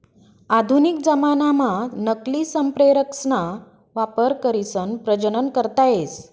आधुनिक जमानाम्हा नकली संप्रेरकसना वापर करीसन प्रजनन करता येस